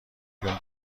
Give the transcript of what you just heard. میلیون